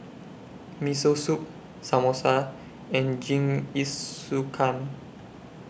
Miso Soup Samosa and Jingisukan